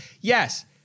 Yes